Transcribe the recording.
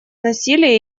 насилия